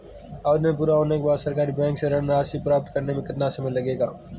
आवेदन पूरा होने के बाद सरकारी बैंक से ऋण राशि प्राप्त करने में कितना समय लगेगा?